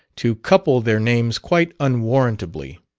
to couple their names quite unwarrantably.